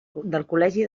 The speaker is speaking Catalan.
col·legi